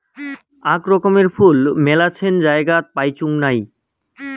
আক রকমের ফুল মেলাছেন জায়গাত পাইচুঙ নাই